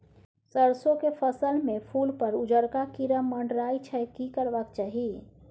सरसो के फसल में फूल पर उजरका कीरा मंडराय छै की करबाक चाही?